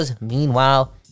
Meanwhile